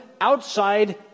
outside